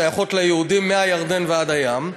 שייכות ליהודים מהירדן ועד הים.